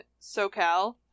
SoCal